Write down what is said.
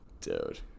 dude